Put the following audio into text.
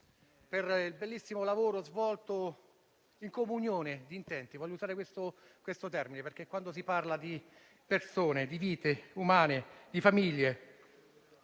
per il bellissimo lavoro svolto in comunione di intenti. Voglio usare questa espressione perché, quando si parla di persone, di vite umane e di famiglie,